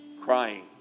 Crying